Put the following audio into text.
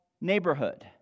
neighborhood